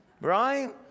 right